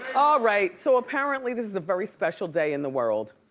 all right, so apparently this is a very special day in the world.